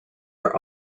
are